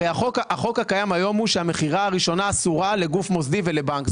הרי החוק הקיים היום הוא שהמכירה הראשונה אסורה לגוף מוסדי ולבנק.